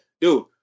Dude